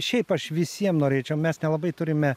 šiaip aš visiem norėčiau mes nelabai turime